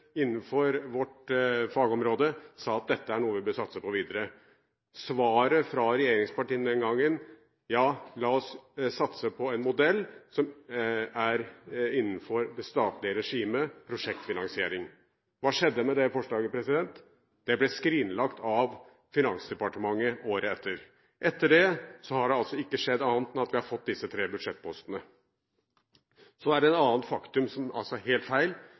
innenfor vårt fagområde – sa var noe vi burde satse på videre. Svaret fra regjeringspartiene den gangen: Ja, la oss satse på en modell som er innenfor det statlige regimet – prosjektfinansiering. Hva skjedde med det forslaget? Det ble skrinlagt av Finansdepartementet året etter. Etter det har det ikke skjedd annet enn at vi har fått disse tre budsjettpostene. Så er det et annet faktum som er helt feil: